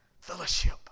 Fellowship